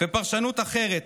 ופרשנות אחרת,